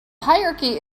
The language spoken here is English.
hierarchy